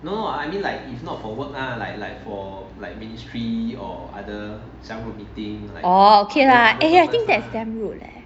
orh okay lah eh I think that's damn rude leh